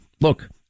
Look